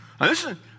Listen